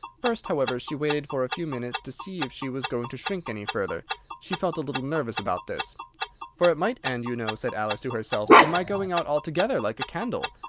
first, however, she waited for a few minutes to see if she was going to shrink any further she felt a little nervous about this for it might end, you know, said alice to herself, in my going out altogether, like a candle.